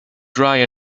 dry